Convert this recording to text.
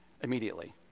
immediately